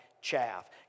chaff